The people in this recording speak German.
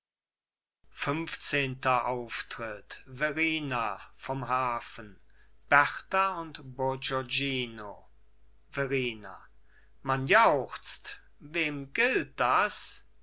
funfzehnter auftritt verrina vom hafen berta und bourgognino verrina man jauchzt wem gilt das